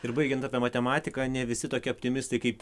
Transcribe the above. ir baigiant apie matematiką ne visi tokie optimistai kaip